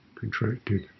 contracted